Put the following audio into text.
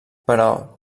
però